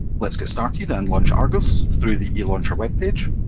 let's get started and launch argos through the elauncher web page.